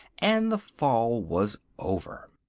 and the fall was over.